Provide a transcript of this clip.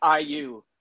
IU